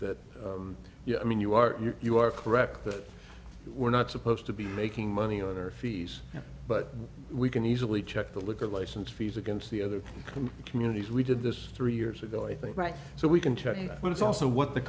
that i mean you are you are correct that we're not supposed to be making money other fees but we can easily check the liquor license fees against the other communities we did this three years ago i think right so we can check but it's also what the